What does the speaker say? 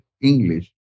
English